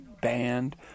band